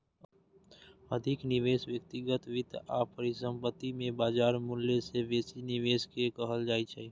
अधिक निवेश व्यक्तिगत वित्त आ परिसंपत्ति मे बाजार मूल्य सं बेसी निवेश कें कहल जाइ छै